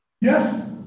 Yes